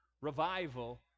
Revival